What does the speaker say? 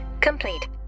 complete